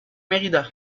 mérida